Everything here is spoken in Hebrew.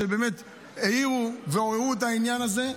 שבאמת העירו ועוררו את העניין הזה.